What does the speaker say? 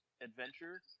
adventure